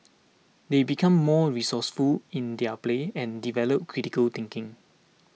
they become more resourceful in their play and develop critical thinking